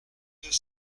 deux